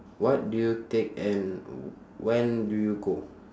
what do you take and when do you go